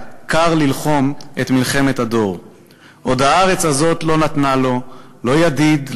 קר ללחום את מלחמת הדור.// עוד הארץ הזאת לא נתנה לו,/ לא ידיד,